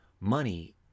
Money